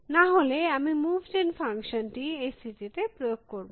না হলে আমি মুভ জেন ফাংশন টি এই স্থিতিতে প্রয়োগ করব